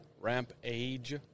rampage